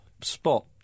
spot